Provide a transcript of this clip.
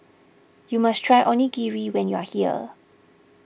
you must try Onigiri when you are here